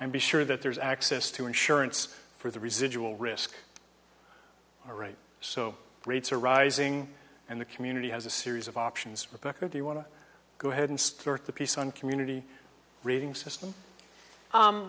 and be sure that there's access to insurance for the residual risk all right so rates are rising and the community has a series of options rebecca if you want to go ahead and start the piece on community rating system